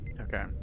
Okay